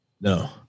No